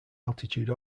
altitude